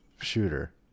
shooter